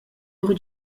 lur